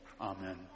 Amen